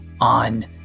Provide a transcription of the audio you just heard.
on